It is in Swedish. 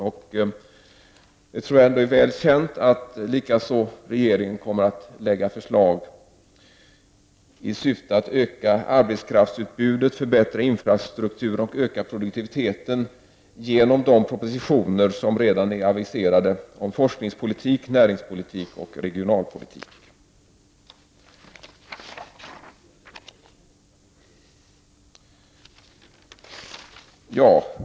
Jag tror att det är väl känt att regeringen kommer att lägga fram förslag i syfte att öka arbetskraftsutbudet, förbättra infrastrukturen och öka produktiviteten genom de propositioner som redan är aviserade om forskningspolitik, näringspolitik och regionalpolitik.